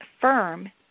firm